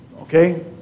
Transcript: okay